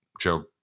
Joe